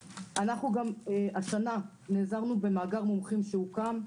השנה נעזרנו במאגר מומחים שהוקם,